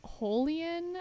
Holian